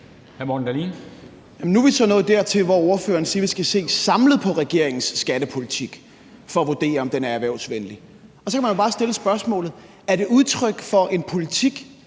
Nu er vi så nået dertil, hvor ordføreren siger, at vi skal se samlet på regeringens skattepolitik for at vurdere, om den er erhvervsvenlig. Så må man bare stille spørgsmålet: Er det udtryk for en politik,